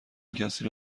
کسی